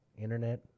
Internet